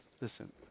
Listen